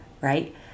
right